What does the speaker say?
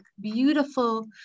beautiful